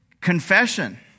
Confession